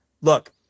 look